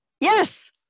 Yes